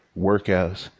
workouts